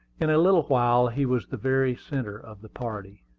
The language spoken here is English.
in a little while he was the very centre of the party.